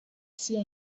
sia